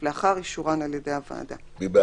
ולאחר מכן יהיו דיונים ויהיו פושים ב-ynet ובמקומות אחרים.